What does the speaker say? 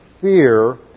fear